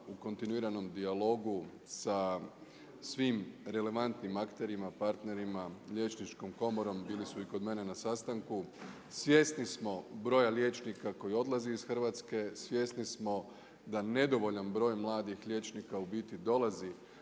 u kontinuiranom dijalogu sa svim relevantnim akterima, partnerima, liječnikom komorom bili su i kod mene na sastanku. Svjesni smo broja liječnika koji odlazi iz Hrvatske, svjesni smo da nedovoljan broj mladih liječnika u biti dolazi